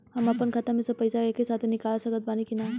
हम आपन खाता से सब पैसा एके साथे निकाल सकत बानी की ना?